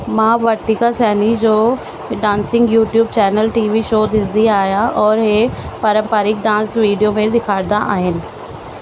मां वर्तिका सैनी जो dancing YouTube channel TV show ॾिसंदी आहियां औरि इहे पारंपरिक डांस वीडियो में ॾेखारंदा आहिनि